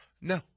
No